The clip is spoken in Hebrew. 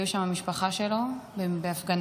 הייתה שם המשפחה שלו בהפגנה,